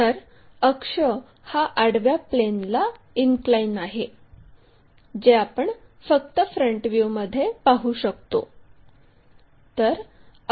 तर अक्ष हा आडव्या प्लेनला इनक्लाइन आहे जे आपण फक्त फ्रंट व्ह्यूमध्ये पाहू शकतो